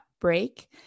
break